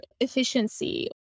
efficiency